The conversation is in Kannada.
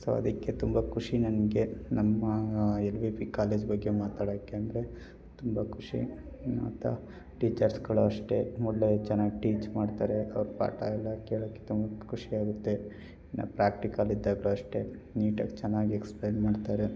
ಸೊ ಅದಕ್ಕೆ ತುಂಬ ಖುಷಿ ನನಗೆ ನಮ್ಮ ಎಲ್ ವಿ ಪಿ ಕಾಲೇಜ್ ಬಗ್ಗೆ ಮಾತಾಡಕ್ಕೆ ಅಂದರೆ ತುಂಬ ಖುಷಿ ಮತ್ತು ಆ ಟೀಚರ್ಸ್ಗಳೂ ಅಷ್ಟೇ ಒಳ್ಳೆಯ ಚೆನ್ನಾಗಿ ಟೀಚ್ ಮಾಡ್ತಾರೆ ಅವ್ರ ಪಾಠ ಎಲ್ಲ ಕೇಳಕ್ಕೆ ತುಂಬ ಖುಷಿಯಾಗುತ್ತೆ ಇನ್ನು ಪ್ರಾಕ್ಟಿಕಲ್ ಇದ್ದಾಗ್ಲೂ ಅಷ್ಟೇ ನೀಟಾಗಿ ಚೆನ್ನಾಗಿ ಎಕ್ಸ್ಪ್ಲೇನ್ ಮಾಡ್ತಾರೆ